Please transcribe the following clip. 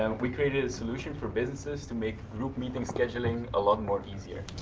and we created a solution for businesses to make group meeting scheduling a lot more easier.